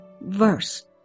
verse